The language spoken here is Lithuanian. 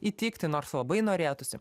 įtikti nors labai norėtųsi